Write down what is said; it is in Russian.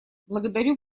благодарю